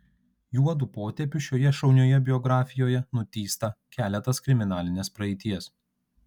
juodu potėpiu šioje šaunioje biografijoje nutįsta keletas kriminalinės praeities